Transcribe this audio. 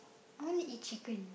want eat chicken